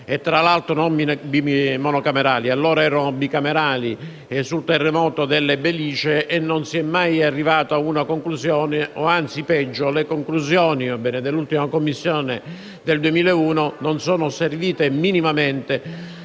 (tra l'altro allora erano bicamerali) sul terremoto del Belice e non si è mai arrivati a una conclusione; anzi, peggio, le conclusioni dell'ultima Commissione del 2001 non sono servite minimamente